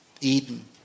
Eden